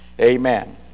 Amen